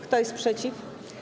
Kto jest przeciw?